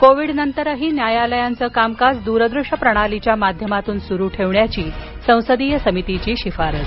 कोविडनंतरही न्यायालयांचं कामकाज दूरदृश्य प्रणालीच्या माध्यमातून सुरू ठेवण्याची संसदीय समितीची शिफारस